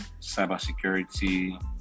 cybersecurity